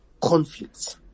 conflicts